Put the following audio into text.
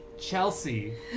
Chelsea